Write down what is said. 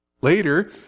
Later